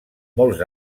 molts